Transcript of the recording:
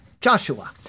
Joshua